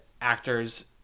actors